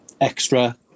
extra